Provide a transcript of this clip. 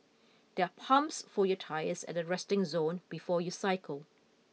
there are pumps for your tyres at the resting zone before you cycle